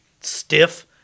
stiff